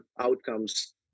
outcomes